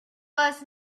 was